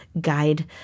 guide